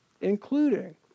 including